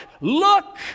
look